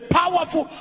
powerful